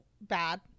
bad